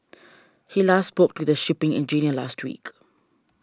he last spoke to the shipping engineer last week